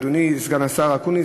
אדוני סגן השר אקוניס,